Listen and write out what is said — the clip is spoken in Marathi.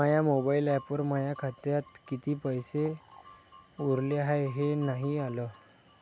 माया मोबाईल ॲपवर माया खात्यात किती पैसे उरले हाय हे नाही आलं